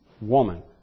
woman